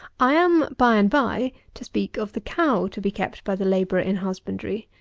i am, by-and-by, to speak of the cow to be kept by the labourer in husbandry.